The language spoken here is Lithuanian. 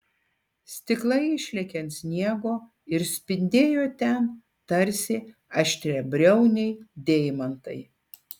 stiklai išlėkė ant sniego ir spindėjo ten tarsi aštriabriauniai deimantai